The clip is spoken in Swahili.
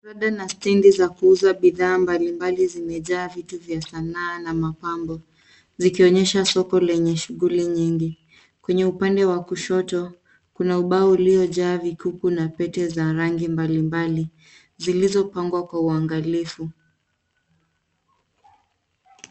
Bodi na standi za kuuza bidhaa mbalimbali zimejaa vitu vya sanaa na mapambo zikionyesha soko lenye shuguli nyingi. Kwenye upande wa kushoto kuna ubao uliojaa vikuku na pete za rangi mbalimbali zilizopangwa kwa uangalifu.